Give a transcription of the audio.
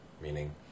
meaning